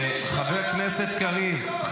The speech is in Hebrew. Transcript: חבר הכנסת קריב,